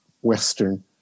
Western